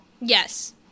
Yes